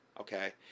okay